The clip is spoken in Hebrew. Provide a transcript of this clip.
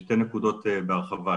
שתי נקודות בהרחבה.